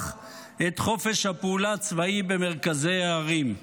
את חופש הפעולה הצבאי במרכזי הערים.